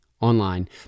online